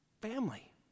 Family